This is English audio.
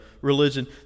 religion